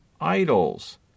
idols